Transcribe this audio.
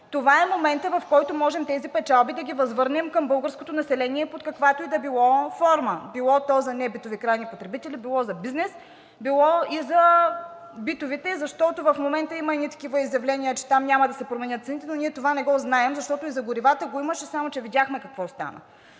това е моментът, в който можем тези печалби да ги възвърнем към българското население под каквато и да било форма – било то за небитови крайни потребители, било за бизнес, било и за битовите, защото в момента има едни такива изявления, че там няма да се променят цените, но ние това не го знаем, защото и за горивата го имаше, само че видяхме какво стана.